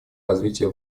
развития